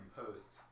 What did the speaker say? post